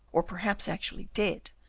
or perhaps actually dead,